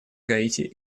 гаити